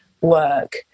work